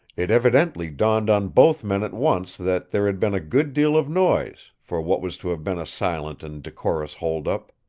it evidently dawned on both men at once that there had been a good deal of noise, for what was to have been a silent and decorous holdup.